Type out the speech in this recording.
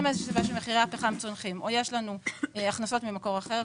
שמחירי הפחם צונחים או יש לנו הכנסות ממקור אחר,